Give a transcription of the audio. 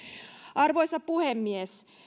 arvoisa puhemies